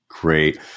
Great